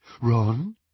Ron